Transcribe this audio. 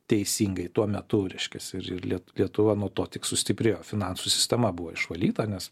teisingai tuo metu reiškias ir ir lie lietuva nuo to tik sustiprėjo finansų sistema buvo išvalyta nes